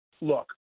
look